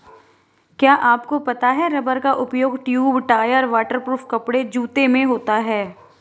क्या आपको पता है रबर का उपयोग ट्यूब, टायर, वाटर प्रूफ कपड़े, जूते में होता है?